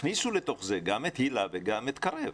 תכניסו לתוך זה גם את היל"ה וגם את קרב.